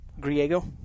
Griego